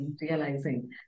realizing